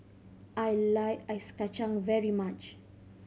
I like ice kacang very much